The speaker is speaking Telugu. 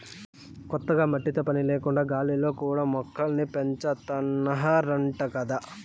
కొత్తగా మట్టితో పని లేకుండా గాలిలో కూడా మొక్కల్ని పెంచాతన్నారంట గదా